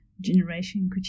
generation